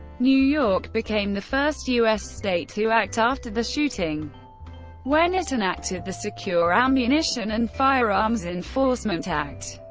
new york became the first u s. state to act after the shooting when it enacted the secure ammunition and firearms enforcement act.